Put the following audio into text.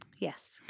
Yes